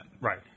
Right